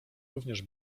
również